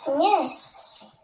Yes